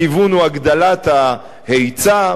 הכיוון הוא הגדלת ההיצע.